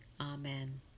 Amen